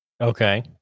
Okay